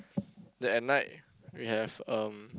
then at night we have um